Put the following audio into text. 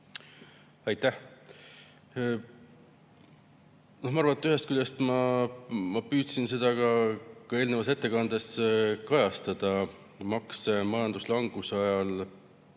Aitäh! Ma arvan, et ühest küljest – ma püüdsin seda ka eelnevas ettekandes kajastada – makse majanduslanguse ajal